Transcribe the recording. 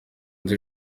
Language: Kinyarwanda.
nzi